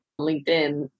LinkedIn